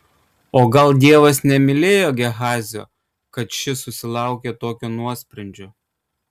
o gal dievas nemylėjo gehazio kad šis susilaukė tokio nuosprendžio